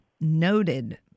noted